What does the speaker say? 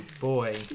boy